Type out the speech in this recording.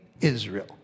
Israel